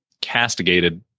castigated